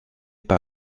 par